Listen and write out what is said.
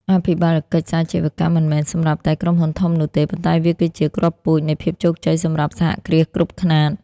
អភិបាលកិច្ចសាជីវកម្មមិនមែនសម្រាប់តែក្រុមហ៊ុនធំនោះទេ ប៉ុន្តែវាគឺជា "គ្រាប់ពូជ" នៃភាពជោគជ័យសម្រាប់សហគ្រាសគ្រប់ខ្នាត។